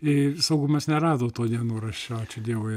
a saugumas nerado to dienoraščio ačiū dievui